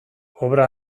obra